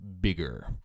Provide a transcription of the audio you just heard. bigger